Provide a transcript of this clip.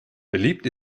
beliebt